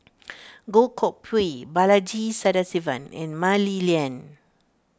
Goh Koh Pui Balaji Sadasivan and Mah Li Lian